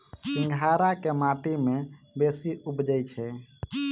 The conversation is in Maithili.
सिंघाड़ा केँ माटि मे बेसी उबजई छै?